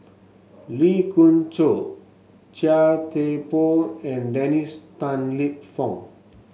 Lee Khoon Choy Chia Thye Poh and Dennis Tan Lip Fong